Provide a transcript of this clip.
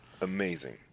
Amazing